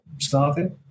starting